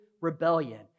rebellion